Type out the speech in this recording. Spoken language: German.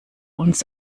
uns